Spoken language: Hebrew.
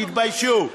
תתביישו.